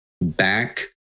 back